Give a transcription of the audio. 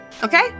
okay